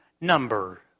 number